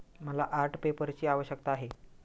मला आर्ट पेपरची आवश्यकता आहे